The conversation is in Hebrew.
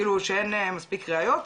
כאילו שאין להם מספיק ראיות,